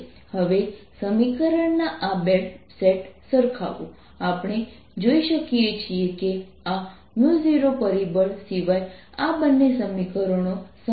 હવે સમીકરણના આ બે સેટ સરખાવો આપણે જોઈ શકીએ છીએ કે આ 0પરિબળ સિવાય આ બંને સમીકરણો સમાન છે